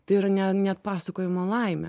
tai yra ne netpasakojama laimė